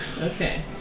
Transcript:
Okay